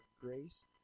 grace